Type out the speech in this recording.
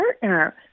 partner